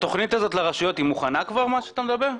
התוכנית הזאת לרשויות עליה אתה מדבר כבר מוכנה?